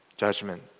judgment